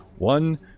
One